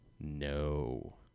no